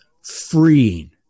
freeing